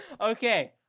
Okay